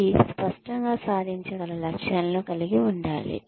ఇది స్పష్టంగా సాధించగల లక్ష్యాలను కలిగి ఉండాలి